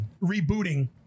rebooting